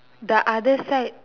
the other side